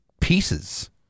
pieces